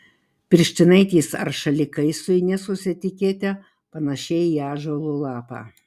pirštinaitės ar šalikai su inesos etikete panašia į ąžuolo lapą